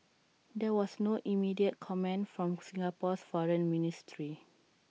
there was no immediate comment from Singapore's foreign ministry